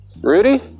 Rudy